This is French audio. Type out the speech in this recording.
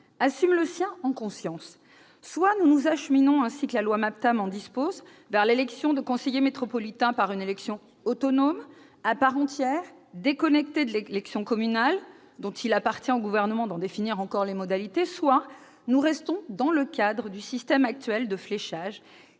assume le sien en conscience. Soit nous nous acheminons, ainsi que la loi MAPTAM en dispose, vers la désignation des conseillers métropolitains par le biais d'un scrutin autonome, d'une élection à part entière, déconnectée de l'élection communale, dont il appartient au Gouvernement de définir encore les modalités ; soit nous restons dans le cadre du système actuel de fléchage,